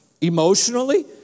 emotionally